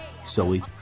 silly